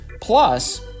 plus